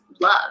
love